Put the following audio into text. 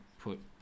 put